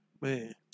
man